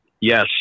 Yes